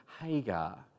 Hagar